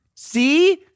See